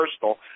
personal